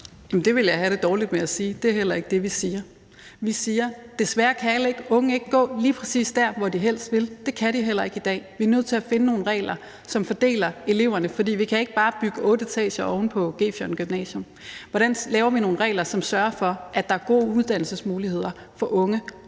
Det ville jeg have det dårligt med at sige. Det er heller ikke det, vi siger. Vi siger: Desværre kan alle unge ikke gå lige præcis der, hvor de helst vil. Det kan de heller ikke i dag. Vi er nødt til at finde nogle regler, som fordeler eleverne, for vi kan ikke bare bygge otte etager oven på Gefion Gymnasium. Hvordan laver vi nogle regler, som sørger for, at der er gode uddannelsesmuligheder for unge,